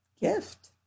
gift